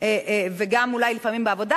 וגם אולי לפעמים בעבודה,